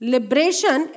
Liberation